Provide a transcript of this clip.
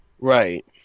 Right